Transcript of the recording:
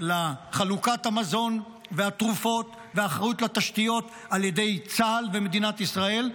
ולחלוקת המזון והתרופות והאחריות לתשתיות על ידי צה"ל ומדינת ישראל,